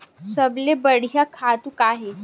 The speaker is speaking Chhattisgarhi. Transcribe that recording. सबले बढ़िया खातु का हे?